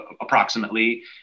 approximately